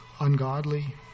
ungodly